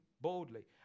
boldly